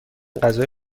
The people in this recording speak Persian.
غذای